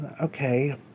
Okay